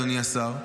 אדוני השר,